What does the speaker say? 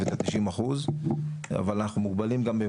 כל שאר הדברים אני חושב שלא צריך לערבב אותם